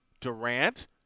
Durant